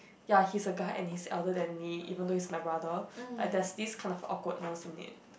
ya he's a guy and he is elder than me even though he is my brother like there's this kind of awkwardness in it